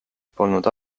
polnud